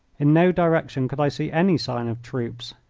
in no direction could i see any signs of troops.